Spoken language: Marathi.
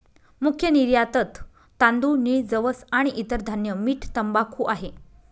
मुख्य निर्यातत तांदूळ, नीळ, जवस आणि इतर धान्य, मीठ, तंबाखू आहे